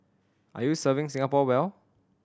are you serving Singapore well